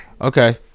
okay